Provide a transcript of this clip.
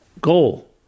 goal